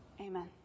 Amen